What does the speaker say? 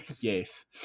Yes